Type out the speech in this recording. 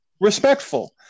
respectful